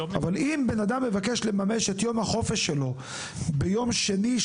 אם אדם מבקש לממש את יום החופש שלו ביום שני,